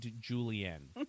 julienne